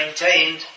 maintained